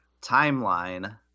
timeline